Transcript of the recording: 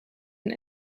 een